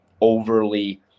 overly –